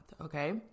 Okay